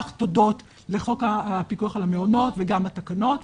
הודות לחוק הפיקוח על המעונות וגם התקנות,